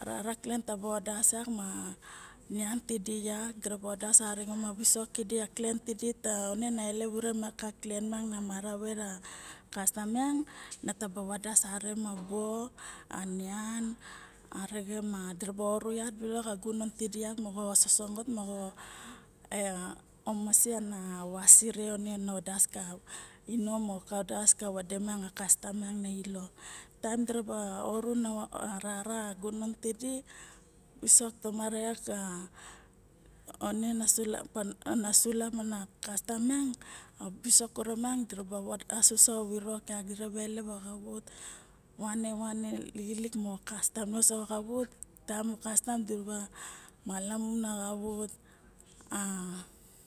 rara clen taba vadas yak ma nian tidi yak diraba wadas arixen ma visok kidi ma clen tidi yone na elelep ure xa clen mara vet a kastam mian nataba vadas aren ma bo a nian arixen ma diraba oru yak balok a gunon tidi vat moxo soso ngot ea ma omasi a visirie yone na vadas ka inom moxo kava das mang a kastam miang na ilo. Taem diraba oru a rara gunong tide visok tomare xa one ma sulap kana kastam miang visok koromang diraba vadas soxa virok diraba elep a xavut, vane vane lixilik moxo kastam nuosoxo xavut taem moxo kastam diraba malamun a xavut a